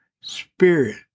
spirit